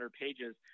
pages